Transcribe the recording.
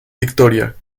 victoria